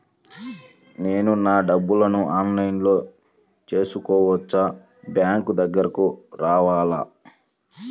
నేను నా డబ్బులను ఆన్లైన్లో చేసుకోవచ్చా? బ్యాంక్ దగ్గరకు రావాలా?